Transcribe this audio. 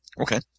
Okay